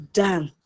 done